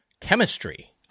chemistry